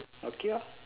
okay lor